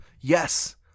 yes